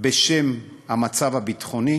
בשם המצב הביטחוני,